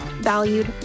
valued